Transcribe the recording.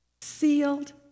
sealed